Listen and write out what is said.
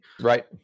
Right